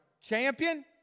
champion